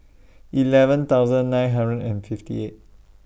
eleven thousand nine hundred and fifty eight